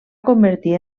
convertir